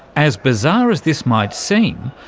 as bizarre as this might seem,